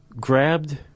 grabbed